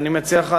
ואני מציע לך,